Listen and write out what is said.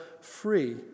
free